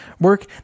work